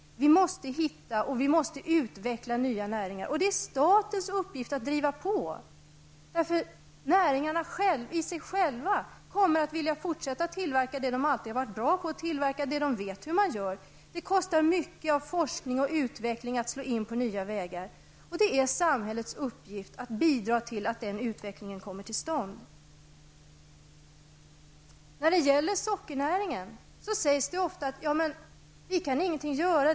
Vi måste hitta och utveckla nya näringar, och det är statens uppgift att driva på. Näringarna i sig själva kommer att vilja fortsätta tillverka det de alltid har varit bra på, sådant som de vet hur man gör. Det kostar mycket av forskning och utveckling att slå in på nya vägar, och det är samhällets uppgift att bidra till att den utvecklingen kommer till stånd. När det gäller sockernäringen sägs det ofta: Vi kan ingenting göra.